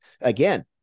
again